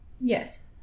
Yes